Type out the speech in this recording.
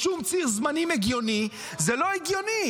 בשום ציר זמנים הגיוני זה לא הגיוני.